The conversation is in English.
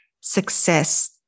success